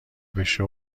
بشه